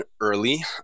early